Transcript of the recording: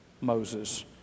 Moses